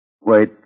Wait